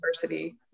diversity